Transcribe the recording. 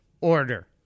order